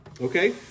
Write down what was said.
Okay